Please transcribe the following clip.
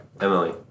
Emily